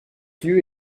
lieu